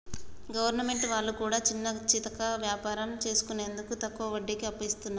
government వాళ్లు కూడా చిన్నాచితక వ్యాపారం చేసుకునేందుకు తక్కువ వడ్డీకి అప్పు ఇస్తున్నరు